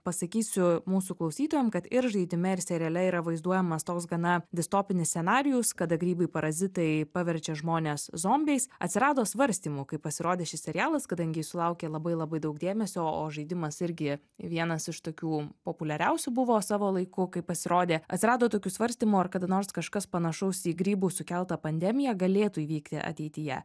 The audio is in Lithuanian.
pasakysiu mūsų klausytojams kad ir žaidime ir seriale yra vaizduojamas toks gana distopinis scenarijus kada grybai parazitai paverčia žmones zombiais atsirado svarstymų kai pasirodė šis serialas kadangi jis sulaukė labai labai daug dėmesio o žaidimas irgi vienas iš tokių populiariausių buvo savo laiku kai pasirodė atsirado tokių svarstymų ar kada nors kažkas panašaus į grybų sukeltą pandemiją galėtų įvykti ateityje